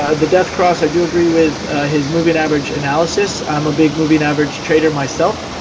ah the death cross. i do agree with his moving average analysis. i'm a big moving average trader myself.